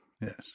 Yes